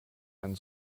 ein